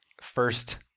first